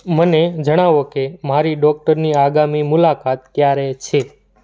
મને જણાવો કે મારી ડોક્ટરની આગામી મુલાકાત ક્યારે છે